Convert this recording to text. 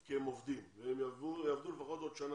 כי הם עובדים והם יעבדו לפחות עוד שנה,